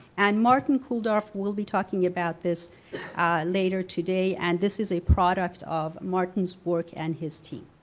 and martin kulldorff will be talking about this later today and this is a product of martin's work and his team.